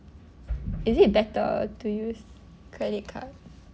is it better to use credit card